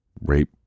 rape